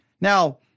Now